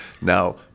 Now